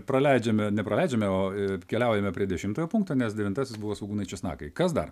praleidžiame nepraleidžiame o ir keliaujame prie dešimtojo punkto nes devintasis buvo svogūnai česnakai kas dar